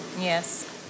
Yes